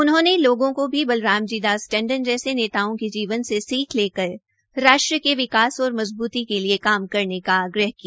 उन्होंने लोगों को भी बलराम जी दास टंडन जैसे नेताओं के जीवन से सीख लेकर राष्ट्र के विकास और मजबूती के लिये काम करने का आग्रह किया